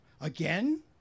again